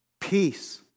Peace